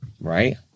right